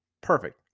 perfect